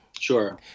Sure